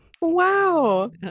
wow